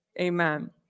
Amen